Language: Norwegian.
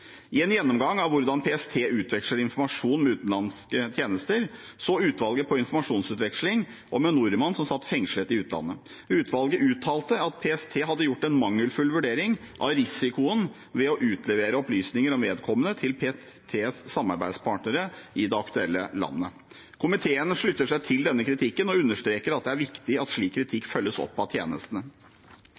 I en gjennomgang av hvordan PST utveksler informasjon med utenlandske tjenester, så utvalget på informasjonsutveksling om en nordmann som satt fengslet i utlandet. Utvalget uttalte at PST hadde gjort en mangelfull vurdering av risikoen ved å utlevere opplysninger om vedkommende til PSTs samarbeidspartner i det aktuelle landet. Komiteen slutter seg til denne kritikken og understreker at det er viktig at slik kritikk følges opp av tjenestene.